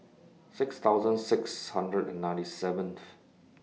six thousand six hundred and ninety seventh